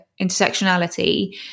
intersectionality